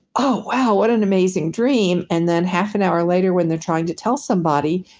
oh wow what an amazing dream. and then half an hour later, when they're trying to tell somebody,